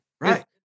right